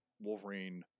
Wolverine